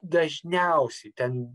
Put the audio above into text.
dažniausiai ten